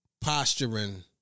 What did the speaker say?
posturing